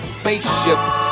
spaceships